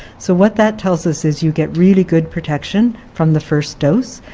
so what that tells us is you get really good protection from the first dose,